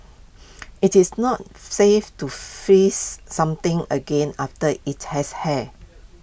IT is not safe to freeze something again after IT has hay